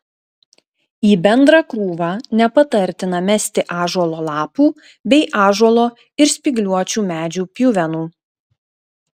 į bendrą krūvą nepatartina mesti ąžuolo lapų bei ąžuolo ir spygliuočių medžių pjuvenų